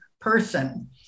person